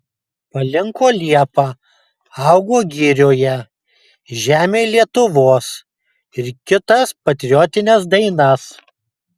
palinko liepa augo girioje žemėj lietuvos ir kitas patriotines dainas